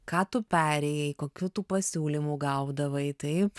ką tu perėjai kokių tu pasiūlymų gaudavai taip